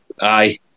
aye